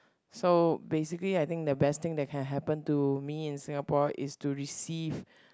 so basically I think the best thing that can happen to me in Singapore is to receive